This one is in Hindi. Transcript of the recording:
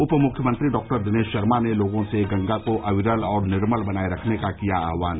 उप मुख्यमंत्री डॉक्टर दिनेश शर्मा ने लोगों से गंगा को अविरल और निर्मल बनाए रखने का किया आह्वान